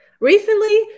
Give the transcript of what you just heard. Recently